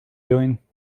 doing